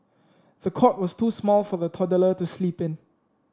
the cot was too small for the toddler to sleep in